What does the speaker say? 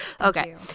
okay